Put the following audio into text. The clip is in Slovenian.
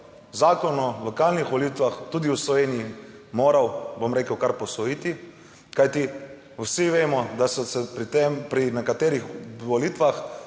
Zakon o lokalnih volitvah tudi v Sloveniji moral, bom rekel, kar posvojiti, kajti vsi vemo, da so se pri nekaterih volitvah